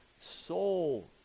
soul